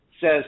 says